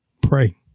pray